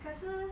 可是